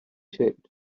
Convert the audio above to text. said